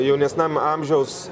jaunesniam amžiaus